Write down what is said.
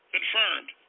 Confirmed